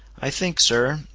i think, sir,